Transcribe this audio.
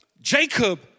Jacob